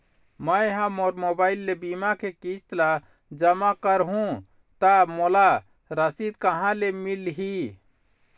मैं हा मोर मोबाइल ले बीमा के किस्त ला जमा कर हु ता मोला रसीद कहां ले मिल ही?